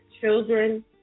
children